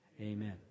Amen